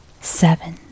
Seven